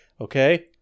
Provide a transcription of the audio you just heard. okay